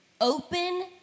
open